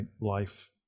life